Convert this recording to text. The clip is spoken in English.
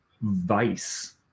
vice